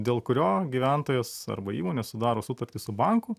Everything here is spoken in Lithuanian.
dėl kurio gyventojos arba įmonės sudaro sutartis su banku